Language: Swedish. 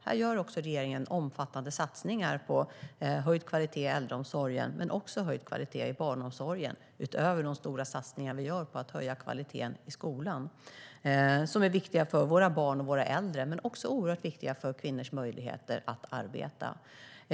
Här gör regeringen omfattande satsningar på höjd kvalitet i äldreomsorgen men också höjd kvalitet i barnomsorgen, utöver de stora satsningar vi gör på att höja kvaliteten i skolan. Det är satsningar som är viktiga för våra barn och våra äldre men också oerhört viktiga för kvinnors möjligheter att arbeta.